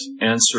answer